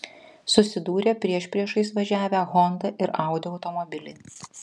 susidūrė priešpriešiais važiavę honda ir audi automobiliai